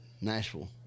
Nashville